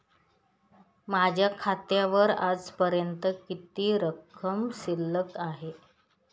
माझ्या खात्यावर आजपर्यंत किती रक्कम शिल्लक आहे?